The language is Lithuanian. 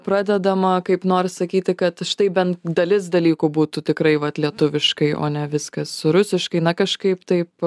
pradedama kaip norisi sakyti kad štai bent dalis dalykų būtų tikrai vat lietuviškai o ne viskas rusiškai na kažkaip taip